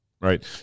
Right